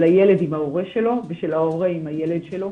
הילד עם ההורה שלו ושל ההורה עם הילד שלו.